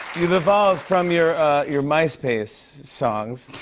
you've evolved from your your myspace songs.